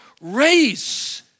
race